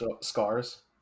scars